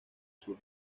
sur